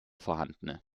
vorhanden